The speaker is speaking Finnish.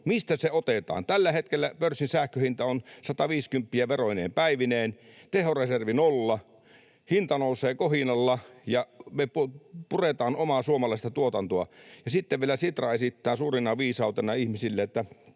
Mistä se otetaan? Tällä hetkellä pörssin sähköhinta on sataviisikymppiä veroineen päivineen, tehoreservi nolla. Hinta nousee kohinalla, ja me puretaan omaa suomalaista tuotantoa. Ja sitten vielä Sitra esittää suurena viisautena ihmisille,